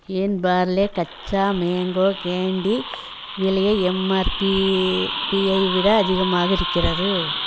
ஏன் பார்லே கச்சா mango candy விலை எம்ஆர்பியை விட அதிகமாக இருக்கின்றது